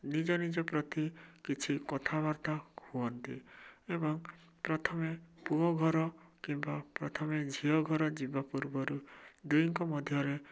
ନିଜ ନିଜ ପ୍ରତି କିଛି କଥାବାର୍ତ୍ତା ହୁଅନ୍ତି ଏବଂ ପ୍ରଥମେ ପୁଅ ଘର କିମ୍ବା ପ୍ରଥମେ ଝିଅ ଘର ଯିବା ପୂର୍ବରୁ ଦୁହିଁଙ୍କ ମଧ୍ୟରେ